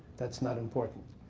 that's not important.